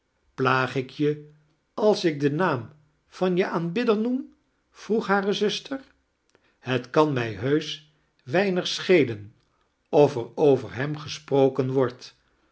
plaag ik je als ik den naam van je aanbidder noem vroeg hare zuster het kan mij heusch weinig schelen of er over hem gesproken wordt